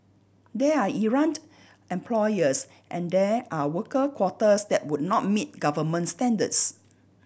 there are errant employers and there are worker quarters that would not meet government standards